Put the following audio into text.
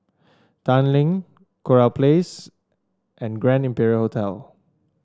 Tanglin Kurau Place and Grand Imperial Hotel